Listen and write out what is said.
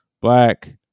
black